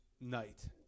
night